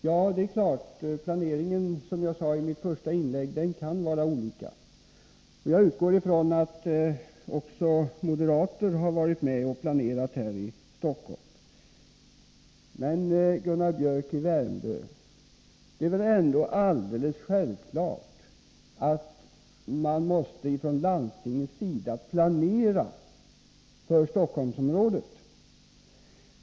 Ja, planeringen kan vara olika, som jag sade i mitt första inlägg — det är klart. Jag utgår från att också moderater har varit med och planerat här i Stockholm. Men det är väl ändå alldeles självklart, Gunnar Biörck i Värmdö, att landstinget måste planera för Stockholmsområdet.